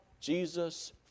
Jesus